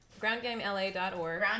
groundgamela.org